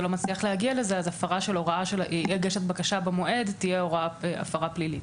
הפרה של הוראה תהיה הפרה פלילית,